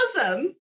awesome